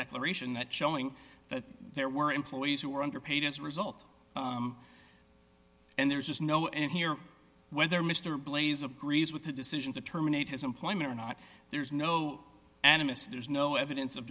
declaration that showing that there were employees who were underpaid as a result and there is no end here whether mr blazer griese with the decision to terminate his employment or not there is no animus there's no evidence of